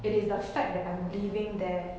it is the fact that I'm leaving there